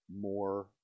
more